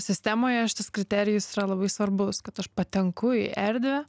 sistemoje šitas kriterijus yra labai svarbus kad aš patenku į erdvę